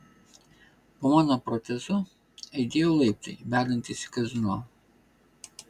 po mano protezu aidėjo laiptai vedantys į kazino